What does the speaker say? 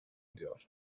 ediyor